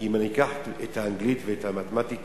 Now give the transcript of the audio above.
אם אני אקח את האנגלית והמתמטיקה,